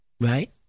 right